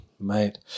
Mate